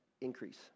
increase